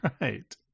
Right